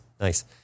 Nice